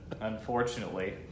Unfortunately